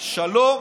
שלום